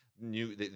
New